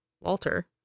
Walter